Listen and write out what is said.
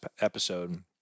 episode